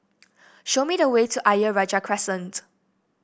show me the way to Ayer Rajah Crescent